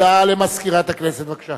בבקשה.